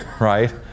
right